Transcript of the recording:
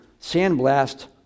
sandblast